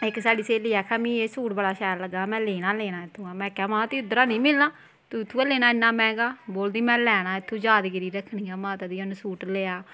इस साढ़ी स्हेली आक्खै मिगी एह् सूट बड़ा शैल लग्गा दा में लेना गै लेना इत्थूं दा में आखेआ महां तुगी इद्धरा दा निं मिलना तूं इत्थूं दा लेना इन्ना मैंह्गा बोलदी में लैना ऐ इत्थूं यादगिरी रक्खनी ऐ माता दी उनें सूट लेआ